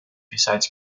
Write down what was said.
besides